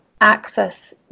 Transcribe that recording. access